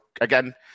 again